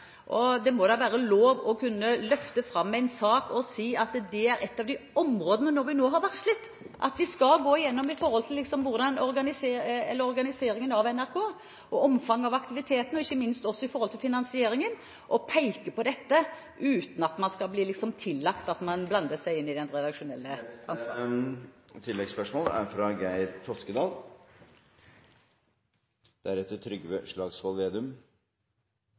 Det må da være lov å kunne løfte fram en sak og si at det er et av de områdene vi nå har varslet at vi skal gå gjennom – organiseringen av NRK, omfanget av aktivitetene og ikke minst finansieringen, og peke på dette uten at man skal bli tillagt at man blander seg inn i det rent redaksjonelle.